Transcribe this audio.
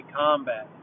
combat